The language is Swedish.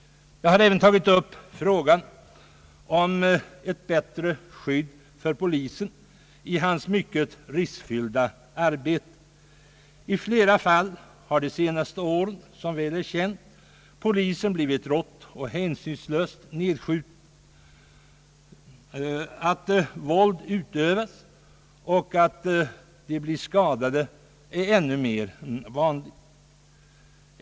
Jag har även tagit upp frågan om bättre skydd för polismannen i hans mycket riskfyllda arbete. I många fall under de senaste åren, som väl är känt, har poliser blivit rått och hänsynslöst nedskjutna. Att våld utövas och att poliser blir skadade är ännu vanligare.